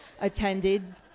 attended